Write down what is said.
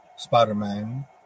Spider-Man